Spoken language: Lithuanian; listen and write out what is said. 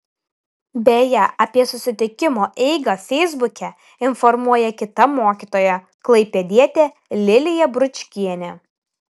beje apie susitikimo eigą feisbuke informuoja kita mokytoja klaipėdietė lilija bručkienė